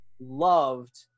loved